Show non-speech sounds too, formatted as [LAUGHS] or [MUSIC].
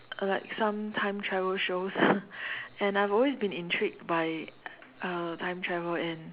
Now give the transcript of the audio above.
like some time travel shows [LAUGHS] and I've always been intrigued by uh time travel and